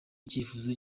icyifuzo